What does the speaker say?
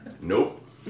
Nope